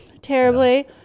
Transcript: terribly